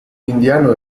indiano